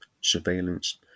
surveillance